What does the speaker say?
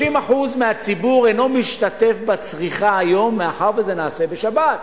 היום 30% מהציבור אינו משתתף בצריכה מאחר שזה נעשה בשבת,